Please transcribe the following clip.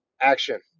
action